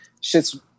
shit's